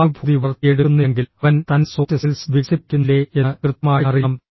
സഹാനുഭൂതി വളർത്തിയെടുക്കുന്നില്ലെങ്കിൽ അവൻ തൻറെ സോഫ്റ്റ് സ്കിൽസ് വികസിപ്പിക്കുന്നില്ലേ എന്ന് കൃത്യമായി അറിയാം